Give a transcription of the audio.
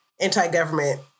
anti-government